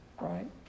right